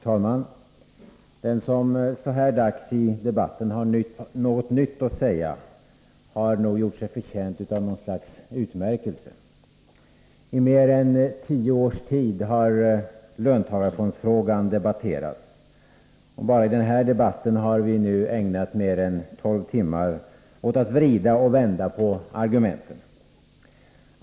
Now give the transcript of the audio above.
Herr talman! Den som så här dags i debatten har något nytt att säga har nog gjort sig förtjänt av något slags utmärkelse. I mer än tio års tid har löntagarfondsfrågan debatterats, och bara i den här debatten har vi nu ägnat mer än 12 timmar åt att vrida och vända på argumenten.